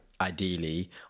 ideally